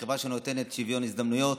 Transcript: חברה שנותנת שוויון הזדמנויות.